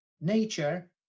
nature